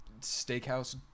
steakhouse